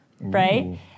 right